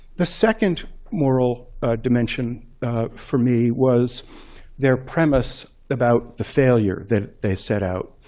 the second moral dimension for me was their premise about the failure that they set out.